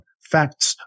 facts